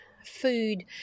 food